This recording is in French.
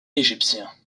égyptien